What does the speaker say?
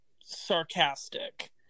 sarcastic